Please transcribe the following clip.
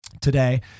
Today